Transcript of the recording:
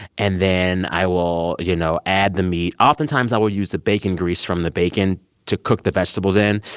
and then i will you know add the meat. oftentimes, i will use the bacon grease from the bacon to cook the vegetables in.